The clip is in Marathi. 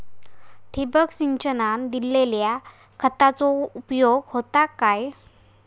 ठिबक सिंचनान दिल्या खतांचो उपयोग होता काय?